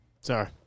sorry